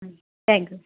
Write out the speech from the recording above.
ಹ್ಞು thank you